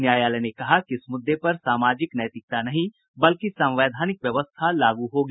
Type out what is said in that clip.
न्यायालय ने कहा कि इस मुद्दे पर सामाजिक नैतिकता नहीं बल्कि संवैधानिक व्यवस्था लागू होगी